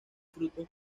frutos